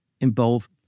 involve